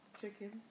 Chicken